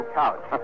couch